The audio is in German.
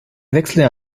wechselte